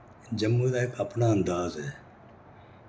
जम्मू दा इक अपना अंदाज ऐ